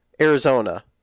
Arizona